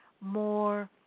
more